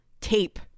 tape